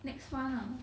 next month ah